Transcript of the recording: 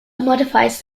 modifies